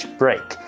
break